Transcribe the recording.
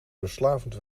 verslavend